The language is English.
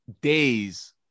days